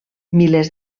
milers